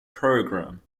program